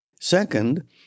Second